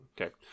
Okay